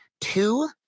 two